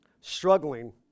struggling